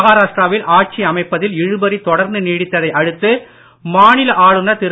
மஹாராஷ்டிராவில் ஆட்சி அமைப்பதில் இழுபறி தொடர்ந்து நீடிப்பதை அடுத்து மாநில ஆளுனர் திரு